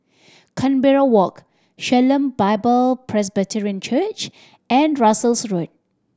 Canberra Walk Shalom Bible Presbyterian Church and Russels Road